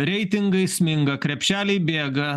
reitingai sminga krepšeliai bėga